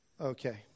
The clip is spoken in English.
Okay